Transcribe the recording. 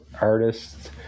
artists